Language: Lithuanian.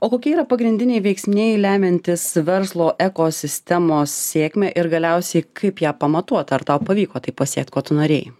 o kokie yra pagrindiniai veiksniai lemiantys verslo ekosistemos sėkmę ir galiausiai kaip ją pamatuot ar tau pavyko tai pasiekt ko tu norėjai